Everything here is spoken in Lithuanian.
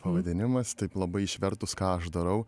pavadinimas taip labai išvertus ką aš darau